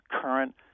current